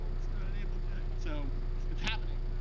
it's not enabled yet. so it's happening.